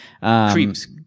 Creeps